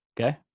Okay